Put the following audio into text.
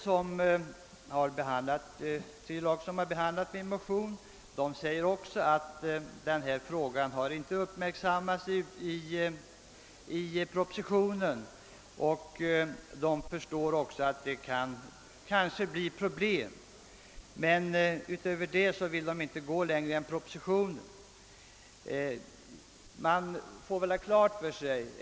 Tredje lagutskottet, som har behandlat min motion, säger att denna fråga inte uppmärksammats i propositionen och att det kanske kan bli problem, men utöver detta vill utskottet inte gå längre än propositionen.